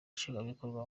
nshingwabikorwa